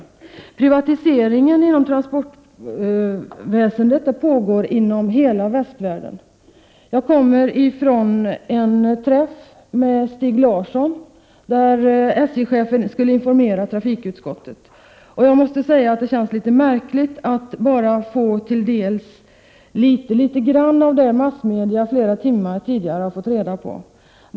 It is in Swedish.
En privatisering av transportväsendet pågår inom hela västvärlden. Jag kommer från en träff där SJ-chefen Stig Larsson skulle informera trafikutskottet. Jag måste säga att det känns litet märkligt att ha fått sig till del bara litet litet grand av det som massmedierna flera timmar tidigare hade fått reda på.